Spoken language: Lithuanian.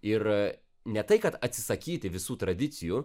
ir ne tai kad atsisakyti visų tradicijų